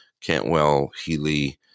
Cantwell-Healy